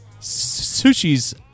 Sushi's